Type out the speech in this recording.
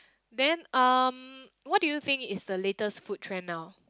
then um what do you think is the latest food trend now